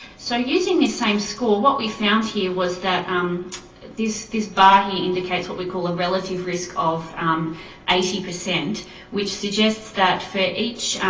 so using this same score, what we found here was that um this this bar here indicates what we call a relative risk of eighty, which suggests that for each,